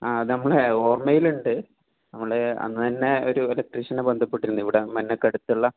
ആ നമ്മൾ ഓർമ്മയിലുണ്ട് നമ്മൾ അന്നുതന്നെ ഒരു ഇലക്ട്രീഷനെ ബന്ധപ്പെട്ടിരുന്നു ഇവിടെ മനക്കടുത്തുള്ള